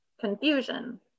confusion